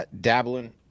dabbling